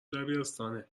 دبیرستانه